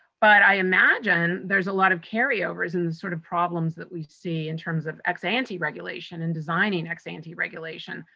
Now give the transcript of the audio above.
but, i imagine, there's a lot of carry overs in the sort of problems that we see in terms of ex-ante regulation, and designing ex-ante regulation,